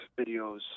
videos